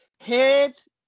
heads